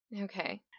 Okay